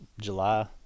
July